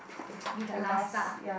be the last ah